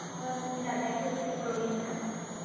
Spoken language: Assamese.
হয় মোক দাদাই কৈছিলে পৰহিদিনা